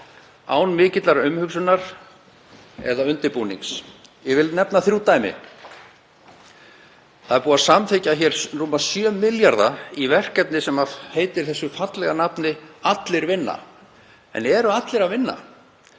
án mikillar umhugsunar eða undirbúnings. Ég vil nefna þrjú dæmi. Það er búið að samþykkja hér rúma 7 milljarða í verkefni sem heitir þessu fallega nafni Allir vinna. En eru allir að vinna?